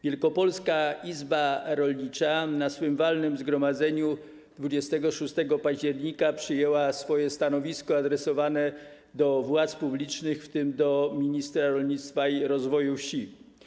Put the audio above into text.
Wielkopolska Izba Rolnicza na walnym zgromadzeniu 26 października przyjęła stanowisko adresowane do władz publicznych, w tym do ministra rolnictwa i rozwoju wsi.